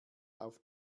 auf